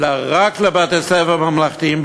אלא רק לבתי-ספר ממלכתיים,